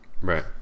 right